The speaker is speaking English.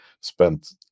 spent